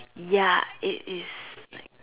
ya it is like